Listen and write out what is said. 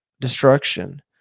destruction